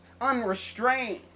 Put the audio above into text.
unrestrained